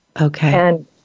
Okay